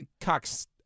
Cox